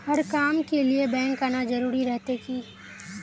हर काम के लिए बैंक आना जरूरी रहते की?